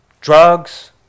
Drugs